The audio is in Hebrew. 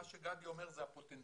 מה שגדי אומר זה הפוטנציאל,